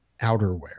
outerwear